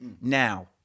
now